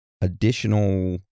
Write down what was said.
additional